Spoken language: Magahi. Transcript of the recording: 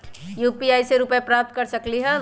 यू.पी.आई से रुपए प्राप्त कर सकलीहल?